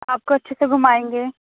آپ کو اچھے سے گھمائیں گے